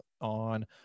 on